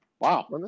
Wow